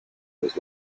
was